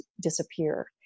disappear